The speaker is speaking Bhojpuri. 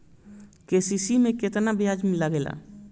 के.सी.सी में केतना ब्याज लगेला?